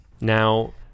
Now